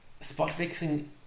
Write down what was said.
spot-fixing